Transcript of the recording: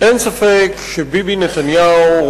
אין ספק שמר נתניהו,